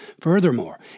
Furthermore